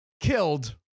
killed